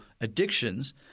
addictions